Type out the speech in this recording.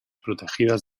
protegidas